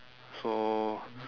so